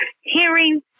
hearing